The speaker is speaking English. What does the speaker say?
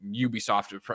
ubisoft